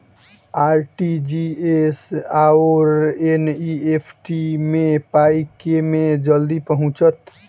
RTGS आओर NEFT मे पाई केँ मे जल्दी पहुँचत?